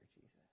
Jesus